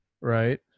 Right